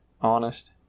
honest